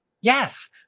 Yes